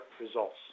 results